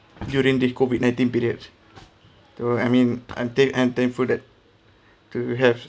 during the COVID nineteen period so I mean I'm than~ thankful that you have